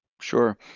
sure